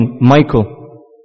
Michael